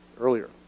earlier